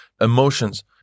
emotions